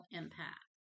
impact